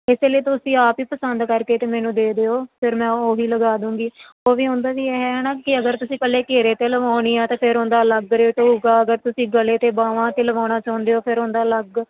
ਇਸ ਲਈ ਤੁਸੀਂ ਆਪ ਹੀ ਪਸੰਦ ਕਰਕੇ ਅਤੇ ਮੈਨੂੰ ਦੇ ਦਿਓ ਫਿਰ ਮੈਂ ਉਹ ਹੀ ਲਗਾ ਦੂੰਗੀ ਉਹ ਵੀ ਉਹਦਾ ਵੀ ਐਂ ਆ ਨਾ ਕਿ ਅਗਰ ਤੁਸੀਂ ਪੱਲੇ ਘੇਰੇ 'ਤੇ ਲਗਵਾਉਣੀ ਆ ਤਾਂ ਫਿਰ ਉਹਦਾ ਅਲੱਗ ਰੇਟ ਹੋਵੇਗਾ ਅਗਰ ਤੁਸੀਂ ਗਲੇ ਅਤੇ ਬਾਹਾਂ 'ਤੇ ਲਗਵਾਉਣਾ ਚਾਹੁੰਦੇ ਹੋ ਫਿਰ ਉਹਦਾ ਅਲੱਗ